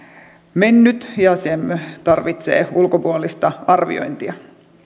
mennyt ja se tarvitsee ulkopuolista arviointia